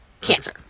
cancer